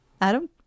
Adam